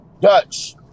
Dutch